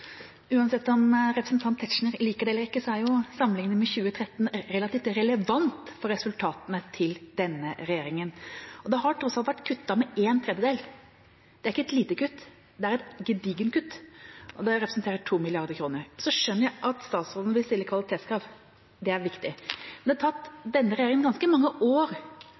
Uansett om representanten Tetzschner liker det eller ikke, er sammenligningen med 2013 relativt relevant for resultatene til denne regjeringen. Det har tross alt vært kuttet med en tredjedel. Det er ikke et lite kutt – det er et gedigent kutt, og det representerer 2 mrd. kr. Jeg skjønner at statsråden vil stille kvalitetskrav. Det er viktig. Men det har tatt denne regjeringen ganske mange år